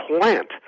plant